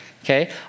okay